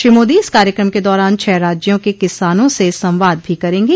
श्री मोदी इस कार्यक्रम क दौरान छह राज्यों के किसानों से संवाद भी करेंगे